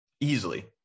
easily